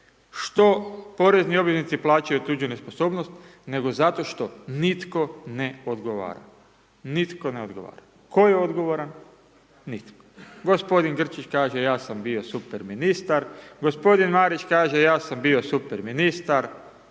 što porezni obveznici plaćaju tuđu nesposobnost, nego zato što nitko ne odgovara. Nitko ne odgovara. Tko je odgovoran? Nitko. Gospodin Grčić kaže ja sam bio super ministar, gospodin Marić kaže ja sam bio super ministar,